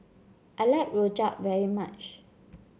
I like Rojak very much